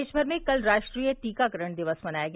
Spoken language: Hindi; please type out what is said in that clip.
देशभर में कल राष्ट्रीय टीकाकरण दिवस मनाया गया